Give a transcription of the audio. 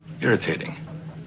irritating